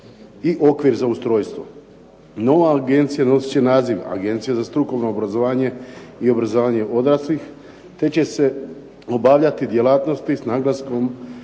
i okvir za ustrojstvo. Nova agencija nosit će naziv Agencija za strukovno obrazovanje i obrazovanje odraslih te će se obavljati djelatnosti s naglaskom